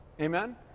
Amen